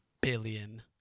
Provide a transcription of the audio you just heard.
billion